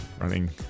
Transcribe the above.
running